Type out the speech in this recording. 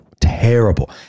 terrible